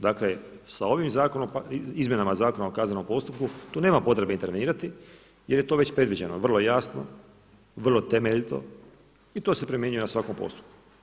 Dakle sa ovim zakonom, Izmjenama zakona o kaznenom postupku, tu nema potrebe intervenirati jer je to već predviđeno, vrlo jasno, vrlo temeljito i to se primjenjuje na svakom postupku.